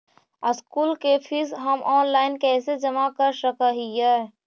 School के fees हम online कैसे जमा कर सक हिय?